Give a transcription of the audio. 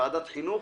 בוועדת החינוך,